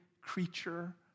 creature